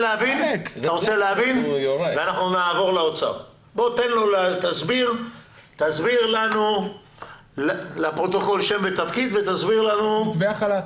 אנחנו נעבור לנציג האוצר כדי שיסביר לנו על מתווה החל"ת.